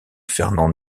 fernand